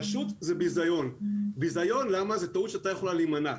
זה פשוט ביזיון כי זאת טעות שהייתה יכולה להימנע.